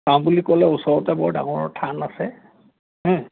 চাম বুলি ক'লে ওচৰতে বৰ ডাঙৰ থান আছে